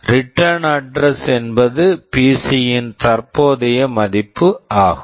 return address Return address என்பது PC PC யின் தற்போதைய மதிப்பு ஆகும்